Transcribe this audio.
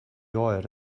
oer